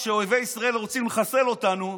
כשאויבי ישראל רוצים לחסל אותנו,